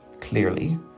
clearly